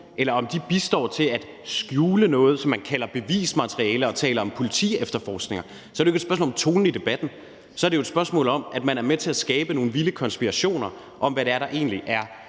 eller om de bistår med at skjule noget, som man kalder bevismateriale, og når man taler om politiefterforskninger, så er det jo ikke et spørgsmål om tonen i debatten. Så er det et spørgsmål om, at man er med til at skabe nogle vilde konspirationsteorier om, hvad det er, der egentlig er